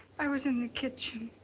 i was in the kitchen